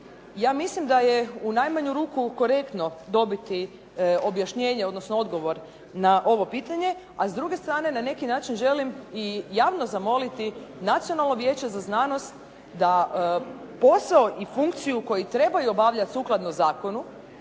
Ja mislim da je u najmanju ruku korektno dobiti objašnjenje, odnosno odgovor na ovo pitanje, a s druge strane na neki način želim i javno zamoliti Nacionalno vijeće za znanost da posao i funkciju koji trebaju obavljati sukladno zakonu